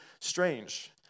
strange